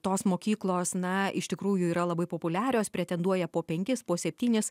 tos mokyklos na iš tikrųjų yra labai populiarios pretenduoja po penkis po septynis